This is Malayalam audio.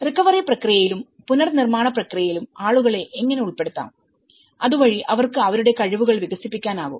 റിക്കവറി പ്രക്രിയയിലും പുനർനിർമ്മാണ പ്രക്രിയയിലും ആളുകളെ എങ്ങനെ ഉൾപ്പെടുത്താം അതുവഴി അവർക്ക് അവരുടെ കഴിവുകൾ വികസിപ്പിക്കാനാകും